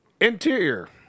Interior